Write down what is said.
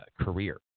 career